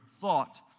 thought